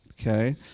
Okay